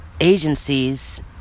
agencies